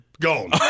gone